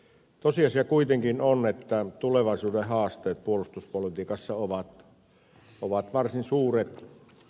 tosiasia kuitenkin on että tulevaisuuden haasteet puolustuspolitiikassa ovat varsin suuret